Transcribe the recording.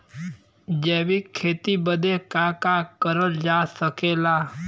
जैविक खेती बदे का का करल जा सकेला?